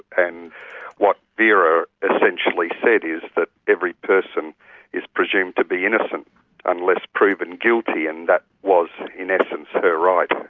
and what vera essentially said is that every person is presumed to be innocent unless proven guilty, and that was, in essence, her right.